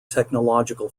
technological